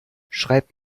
schreibt